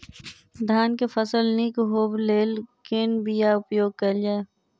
धान केँ फसल निक होब लेल केँ बीया उपयोग कैल जाय?